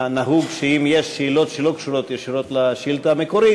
נהוג שאם יש שאלות שלא קשורות ישירות לשאילתה המקורית,